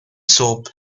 soap